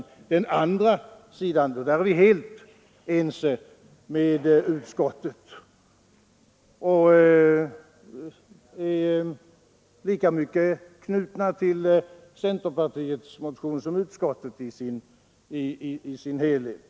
I fråga om den andra sidan är vi helt ense med utskottet, och vi är lika mycket knutna till centerpartiets motion som till utskottsmajoritetens förslag.